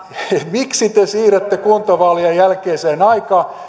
miksi te siirrätte kuntavaalien jälkeiseen aikaan